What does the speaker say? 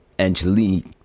Angelique